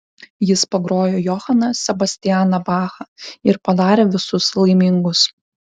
jis pagrojo johaną sebastianą bachą ir padarė visus laimingus